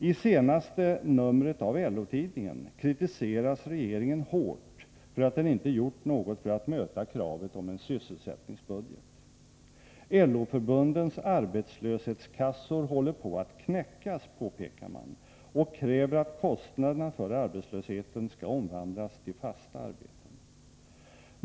I senaste numret av LO-tidningen kritiseras regeringen hårt för att den inte gjort något för att möta kravet på en sysselsättningsbudget. LO-förbundens arbetslöshetskassor håller på att knäckas, påpekar man, och man kräver att kostnaderna för arbetslösheten skall omvandlas till att avse fasta arbeten.